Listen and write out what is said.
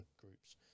groups